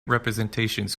representations